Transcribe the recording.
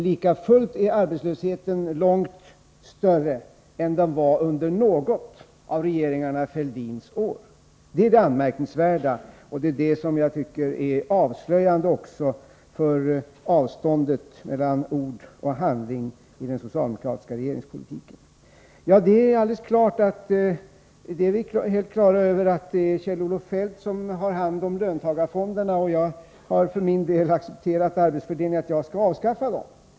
Lika fullt är arbetslösheten i dag långt större än den var under något av regeringarna Fälldins år. Det är det anmärkningsvärda — och det som avslöjar avståndet mellan ord och handling i den socialdemokratiska regeringspolitiken. Jag är helt på det klara med att det är Kjell-Olof Feldt som har hand om löntagarfonderna. Jag har för min del accepterat ”arbetsfördelningen” att jag skall avskaffa dem.